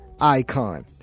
icon